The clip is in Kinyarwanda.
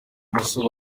imoso